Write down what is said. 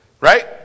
Right